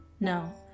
No